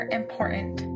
important